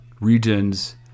regions